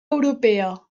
europea